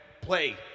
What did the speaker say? play